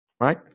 right